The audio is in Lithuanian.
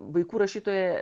vaikų rašytoja